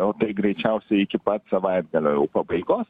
o tai greičiausiai iki pat savaitgalio pabaigos